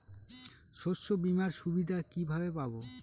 শস্যবিমার সুবিধা কিভাবে পাবো?